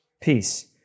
peace